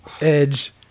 edge